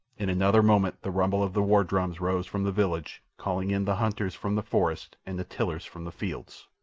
in another moment the rumble of the war-drums rose from the village, calling in the hunters from the forest and the tillers from the fields.